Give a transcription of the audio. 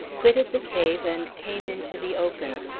quitted the cave and came into the open,